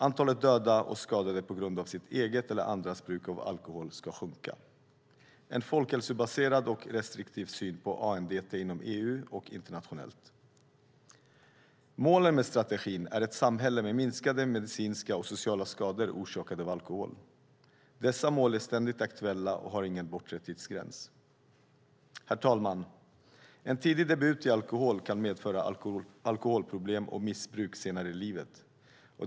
Antalet döda och skadade på grund av sitt eget eller andras bruk av alkohol ska minska. Vi ska ha en folkhälsobaserad och restriktiv syn på ANDT inom EU och internationellt. Målen med strategin är ett samhälle med minskade medicinska och sociala skador orsakade av alkohol. Dessa mål är ständigt aktuella och har ingen bortre tidsgräns. Herr talman! En tidig alkoholdebut kan medföra alkoholproblem och missbruk senare i livet.